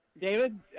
David